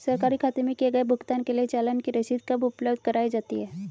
सरकारी खाते में किए गए भुगतान के लिए चालान की रसीद कब उपलब्ध कराईं जाती हैं?